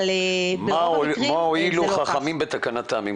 אבל ברוב המקרים זה לא כך.